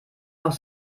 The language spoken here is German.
noch